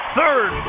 third